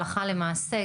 הלכה למעשה?